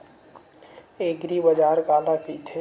एग्रीबाजार काला कइथे?